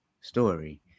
story